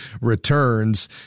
returns